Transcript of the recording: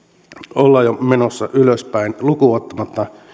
ollaan jo menossa ylöspäin lukuun ottamatta